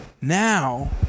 Now